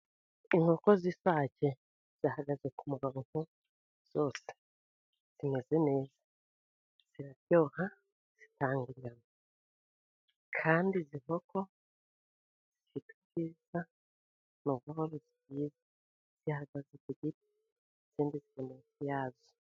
Inkoko z'isake zihagaze ku muronko zose, zimeze neza ziraryoha zitanga inyama kandi zivuga neza, zihagaze ku giti.